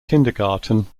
kindergarten